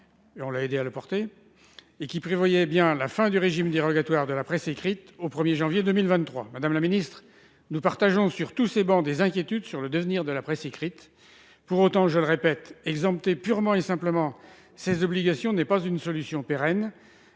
qu'il a lui-même portée et qui prévoyait la fin du régime dérogatoire de la presse écrite au 1janvier 2023. Madame la secrétaire d'État, nous partageons sur toutes nos travées des inquiétudes sur le devenir de la presse écrite. Pour autant, je le répète, exempter purement et simplement la presse de ses obligations n'est pas une solution pérenne.